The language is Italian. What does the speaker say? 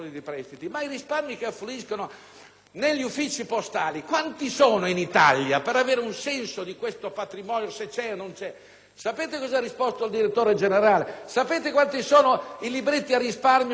negli uffici postali, per avere un senso di questo patrimonio. Sapete cosa ha risposto il direttore generale? Sapete quanti sono i libretti a risparmio che affluiscono alla Cassa depositi e prestiti?